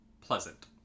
pleasant